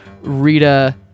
Rita